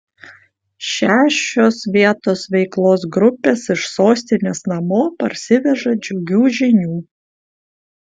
šešios vietos veiklos grupės iš sostinės namo parsiveža džiugių žinių